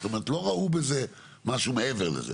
זאת אומרת לא ראו בזה משהו מעבר לזה.